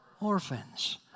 orphans